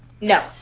No